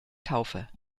taufe